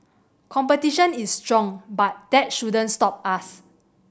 competition is strong but that shouldn't stop us